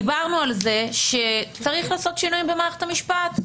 דיברנו על זה שצריך לעשות שינויים במערכת המשפט,